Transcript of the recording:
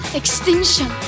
extinction